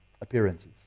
appearances